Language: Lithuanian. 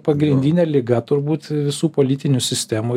pagrindinė liga turbūt visų politinių sistemų